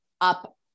up